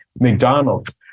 McDonald's